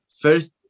first